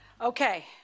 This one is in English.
Okay